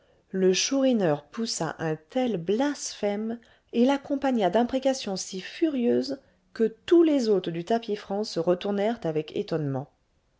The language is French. le chourineur poussa un tel blasphème et l'accompagna d'imprécations si furieuses que tous les hôtes du tapis franc se retournèrent avec étonnement